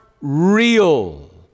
real